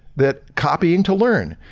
that copying to learn.